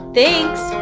Thanks